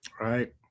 Right